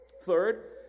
Third